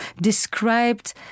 described